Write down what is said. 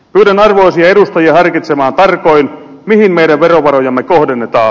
pyydän arvoisia edustajia harkitsemaan tarkoin mihin meidän verovarojamme kohdennetaan